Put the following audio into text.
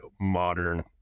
modern